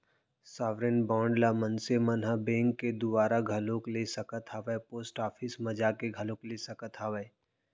sovereign bond ल मनसे मन ह बेंक के दुवारा घलोक ले सकत हावय पोस्ट ऑफिस म जाके घलोक ले सकत हावय